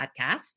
podcast